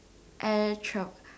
air travel